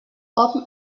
hom